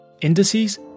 indices